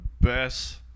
best